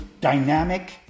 dynamic